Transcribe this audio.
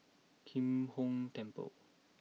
Kim Hong Temple